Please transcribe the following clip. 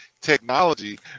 technology